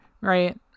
right